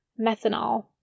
Methanol